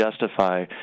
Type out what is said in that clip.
justify